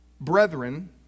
brethren